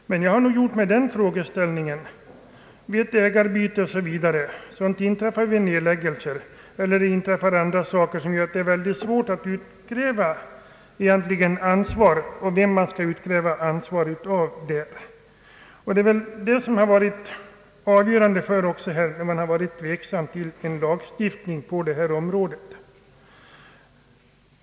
Jag har dock frågat mig vem man skall utkräva ansvar av vid byte av ägare och andra saker som kan inträffa i samband med företagsnedläggelser. Det är svårt att svara på. Det är väl också det som har varit avgörande när man varit tveksam mot att införa en lagstiftning på detta område.